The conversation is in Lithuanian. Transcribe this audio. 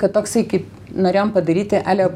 kad toksai kaip norėjom padaryti ale